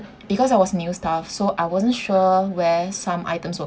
because I was new staff so I wasn't sure where some items were